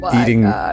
Eating